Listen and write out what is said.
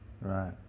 Right